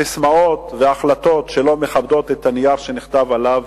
ססמאות והחלטות שלא מכבדות את הנייר שנכתבו עליו